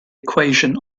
equation